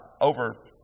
over